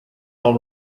all